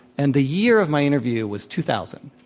and the year of my interview was two thousand,